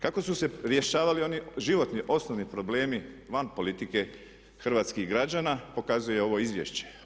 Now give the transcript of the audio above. Kako su se rješavali oni životni osnovni problemi van politike hrvatskih građana pokazuje ovo izvješće.